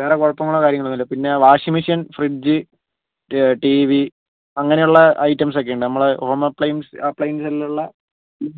വേറെ കുഴപ്പങ്ങളോ കാര്യങ്ങളൊന്നും ഇല്ല പിന്നെ washing machine fridge T V അങ്ങനെയുള്ള ഐറ്റംസ് ഒക്കെ ഉണ്ട് നമ്മൾ ഹോം അപ്ലയൻസ് അപ്ലയൻസെല്ലാം ഉള്ളത്